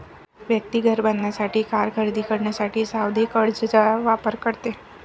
व्यक्ती घर बांधण्यासाठी, कार खरेदी करण्यासाठी सावधि कर्जचा वापर करते